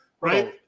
Right